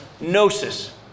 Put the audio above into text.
gnosis